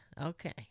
okay